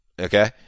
okay